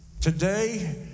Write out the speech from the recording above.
today